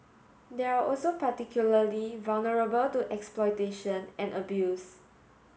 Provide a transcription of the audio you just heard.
they are also particularly vulnerable to exploitation and abuse